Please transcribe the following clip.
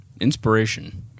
Inspiration